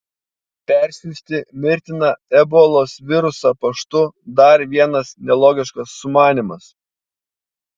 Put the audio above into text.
persiųsti mirtiną ebolos virusą paštu dar vienas nelogiškas sumanymas